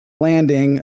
landing